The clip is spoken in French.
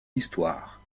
histoire